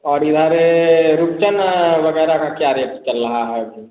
और इ यारे रूपचन्द वगैरह का क्या रेट चल रहा है अभी